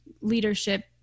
leadership